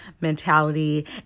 mentality